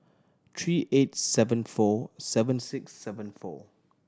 three eight seven four seven six seven four